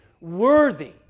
worthy